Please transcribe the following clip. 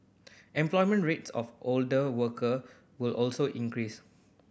employment rates of older worker will also increase